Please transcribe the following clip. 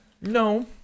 No